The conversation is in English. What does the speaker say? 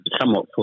somewhat